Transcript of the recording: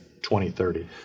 2030